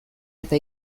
eta